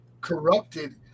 corrupted